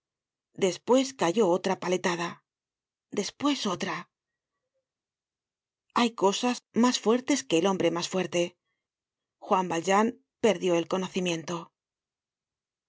despues cayó otra paletada despues otra hay cosas mas fuertes que el hombre mas fuerte juan valjean perdió el conocimiento